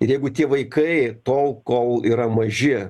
ir jeigu tie vaikai tol kol yra maži